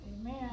Amen